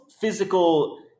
physical